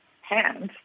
hands